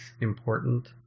important